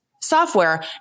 software